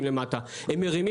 אנחנו נביא